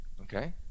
okay